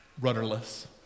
rudderless